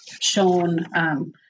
shown